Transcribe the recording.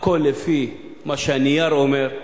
הכול לפי מה שהנייר אומר,